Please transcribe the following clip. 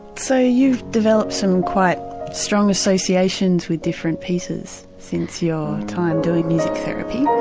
so you've developed some quite strong associations with different pieces since your time doing music therapy.